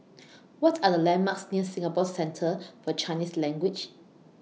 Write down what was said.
What Are The landmarks near Singapore Centre For Chinese Language